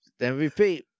MVP